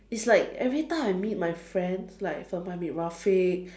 it's like every time I meet my friends like sometimes I meet Rafiq